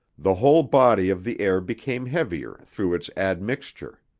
the whole body of the air became heavier through its admixture.